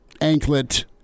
anklet